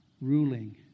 ruling